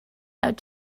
out